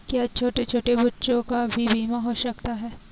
क्या छोटे छोटे बच्चों का भी बीमा हो सकता है?